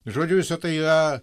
žodžiu visa tai yra